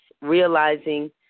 realizing